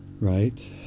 right